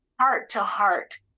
heart-to-heart